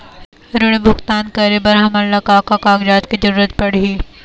ऋण भुगतान करे बर हमन ला का का कागजात के जरूरत पड़ही?